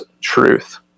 truth